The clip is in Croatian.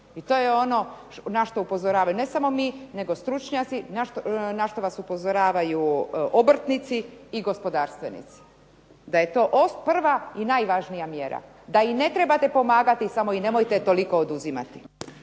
i to je ono na što upozoravamo ne samo mi nego stručnjaci, na što vas upozoravaju obrtnici i gospodarstveni. Da je to prva i najvažnija mjera, da im ne trebate pomagati samo im nemojte toliko oduzimati.